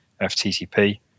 FTTP